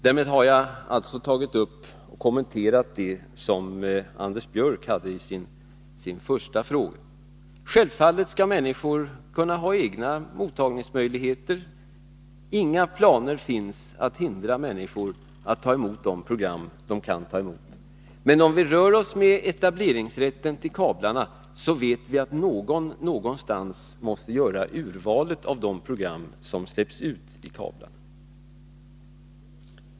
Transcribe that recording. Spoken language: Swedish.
Därmed har jag kommenterat det som Anders Björck tog upp i sin första fråga. Självfallet skall människor ha egna mottagningsmöjligheter. Det finns inga planer på att människor skall hindras från att ta emot de program som är möjliga att ta emot. Men i fråga om rätten till etablering av kablar vet vi att någon någonstans måste göra ett urval av de program som släpps ut i kablarna.